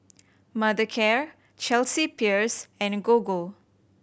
Mothercare Chelsea Peers and Gogo